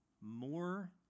more